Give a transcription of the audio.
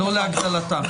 לא להגדלתה.